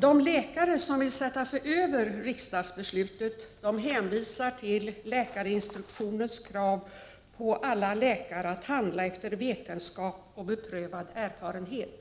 De läkare som vill sätta sig över riksdagsbeslutet hänvisar till läkarinstruktionens krav på alla läkare att handla efter vetenskap och beprövad erfarenhet.